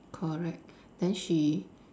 correct then she